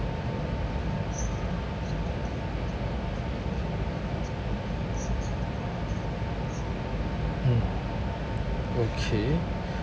mm okay